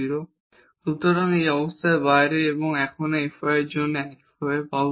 ¿ সুতরাং এই অবস্থার বাইরে এবং এখন fy এর জন্যও একইভাবে পাব